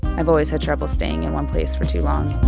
i've always had trouble staying in one place for too long.